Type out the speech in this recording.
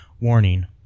Warning